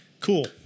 cool